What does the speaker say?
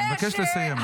אני מבקש לסיים.